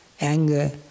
anger